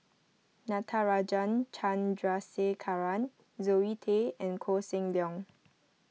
Natarajan Chandrasekaran Zoe Tay and Koh Seng Leong